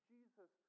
Jesus